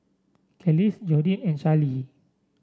Kelis Jordyn and Charlee